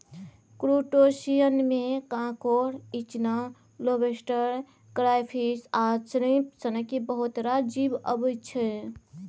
क्रुटोशियनमे कांकोर, इचना, lobster, crayfish आ श्रिंप सनक बहुत रास जीब अबै छै